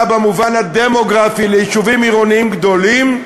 במובן הדמוגרפי ליישובים עירוניים גדולים,